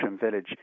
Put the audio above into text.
village